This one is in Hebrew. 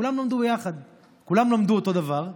כולם למדו יחד, כולם למדו אותו דבר,